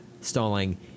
stalling